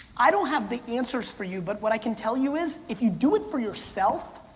i don't have the answers for you, but what i can tell you is if you do it for yourself,